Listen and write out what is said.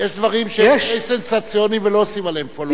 יש דברים שהם סנסציוניים ולא עושים עליהם follow up.